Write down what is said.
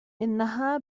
إنها